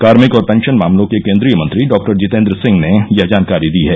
कार्मिक और पेंशन मामलों के केंद्रीय मंत्री डॉक्टर जीतेन्द्र सिंह ने यह जानकारी दी है